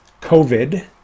COVID